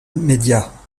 media